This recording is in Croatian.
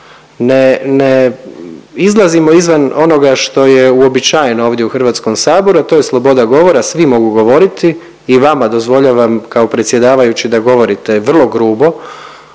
ne izlazimo izvan onoga što je uobičajeno ovdje u Hrvatskom saboru, a to je sloboda govora. Svi mogu govoriti. I vama dozvoljavam kao predsjedavajući da govorite vrlo grubo.